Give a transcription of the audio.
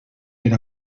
per